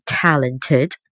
talented